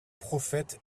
prophète